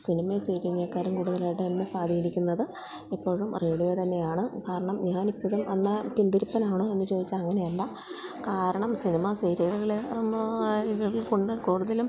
സിനിമയെ സ്നേഹിക്കുന്നതിനെക്കാളും കൂടുതലായിട്ട് എന്നെ സ്വാധീനിക്കുന്നത് ഇപ്പോഴും റേഡിയോ തന്നെയാണ് കാരണം ഞാനിപ്പോഴും എന്നാല് പിന്തിരിപ്പനാണോയെന്ന് ചോദിച്ചാല് അങ്ങനെയല്ല കാരണം സിനിമാ സീരിയലുകള് കൊണ്ട് കൂടുതലും